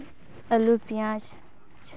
ᱟᱹᱞᱩ ᱯᱮᱸᱭᱟᱡᱽ